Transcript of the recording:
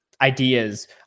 ideas